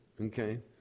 okay